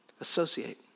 Associate